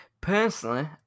Personally